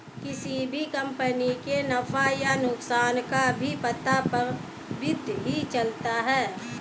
किसी भी कम्पनी के नफ़ा या नुकसान का भी पता वित्त ही चलता है